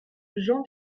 jean